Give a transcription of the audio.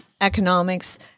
economics